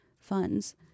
funds